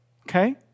okay